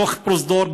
בתוך פרוזדור,